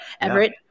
Everett